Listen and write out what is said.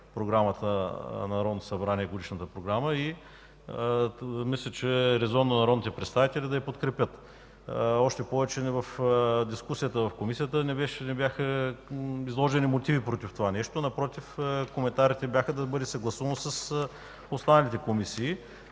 на Народното събрание. Мисля, че е резонно народните представители да я подкрепят. Още повече, при дискусията в Комисията не бяха изложени мотиви против това нещо. Напротив, коментарите бяха да бъде съгласувано с останалите комисии,